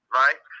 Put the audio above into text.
right